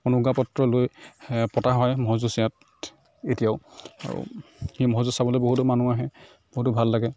অনুজ্ঞাপত্ৰ লৈ পতা হয় ম'হৰ যুঁজ ইয়াত এতিয়াও আৰু সেই ম'হৰ যুঁজ চাবলৈ বহুতো মানুহ আহে বহুতো ভাল লাগে